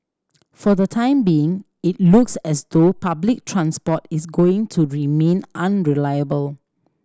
for the time being it looks as though public transport is going to remain unreliable